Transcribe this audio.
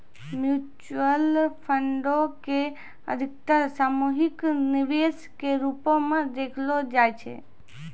mutual फंडो के अधिकतर सामूहिक निवेश के रुपो मे देखलो जाय छै